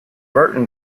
burton